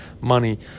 money